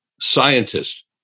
scientist